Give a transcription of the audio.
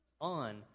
on